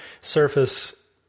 surface